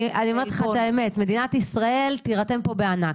אבל אני אומרת לך את האמת: מדינת ישראל תירתם פה בענק.